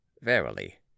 Verily